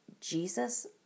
Jesus